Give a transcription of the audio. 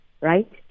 right